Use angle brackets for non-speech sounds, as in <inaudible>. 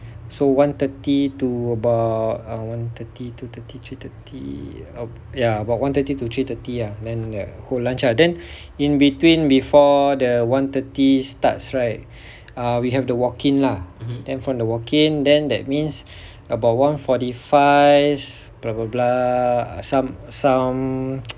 so one thirty to about err one thirty two thirty three thirty ya about one thirty to three thirty ah then whole lunch ah then in between before the one thirty starts right err we have the walk in lah then from the walking then that means about one forty five blah blah blah some some <noise>